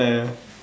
ya